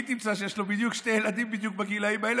מי תמצא שיש לו בדיוק שני ילדים בדיוק בגילאים האלה?